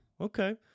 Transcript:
Okay